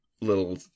little